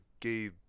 gay